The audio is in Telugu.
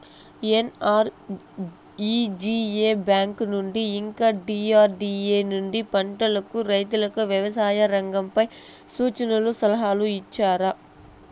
ఎన్.ఆర్.ఇ.జి.ఎ బ్యాంకు నుండి ఇంకా డి.ఆర్.డి.ఎ నుండి పంటలకు రైతుకు వ్యవసాయ రంగంపై సూచనలను సలహాలు ఇచ్చారా